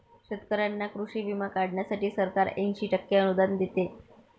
शेतकऱ्यांना कृषी विमा काढण्यासाठी सरकार ऐंशी टक्के अनुदान देते